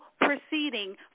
proceeding